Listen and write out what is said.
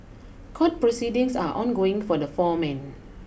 court proceedings are ongoing for the four men